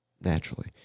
naturally